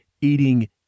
eating